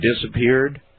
disappeared